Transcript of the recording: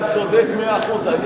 אתה צודק מאה אחוז.